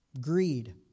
Greed